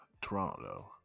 Toronto